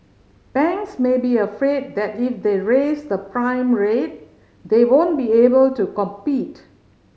banks may be afraid that if they raise the prime rate they won't be able to compete